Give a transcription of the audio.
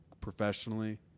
professionally